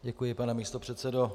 Děkuji, pane místopředsedo.